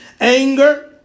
Anger